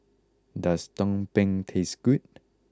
does Tumpeng taste good